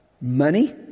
money